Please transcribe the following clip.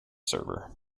server